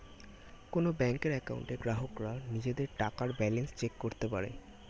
কোন ব্যাংকের অ্যাকাউন্টে গ্রাহকরা নিজেদের টাকার ব্যালান্স চেক করতে পারে